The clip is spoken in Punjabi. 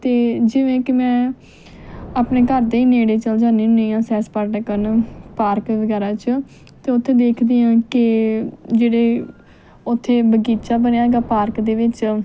ਅਤੇ ਜਿਵੇਂ ਕਿ ਮੈਂ ਆਪਣੇ ਘਰ ਦੇ ਨੇੜੇ ਚਲ ਜਾਂਦੀ ਹੁੰਦੀ ਹਾਂ ਸੈਰ ਸਪਾਟਾ ਕਰਨ ਪਾਰਕ ਵਗੈਰਾ 'ਚ ਅਤੇ ਉੱਥੇ ਦੇਖਦੀ ਹਾਂ ਕਿ ਜਿਹੜੇ ਉੱਥੇ ਬਗੀਚਾ ਬਣਿਆ ਹੈਗਾ ਪਾਰਕ ਦੇ ਵਿੱਚ